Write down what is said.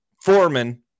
Foreman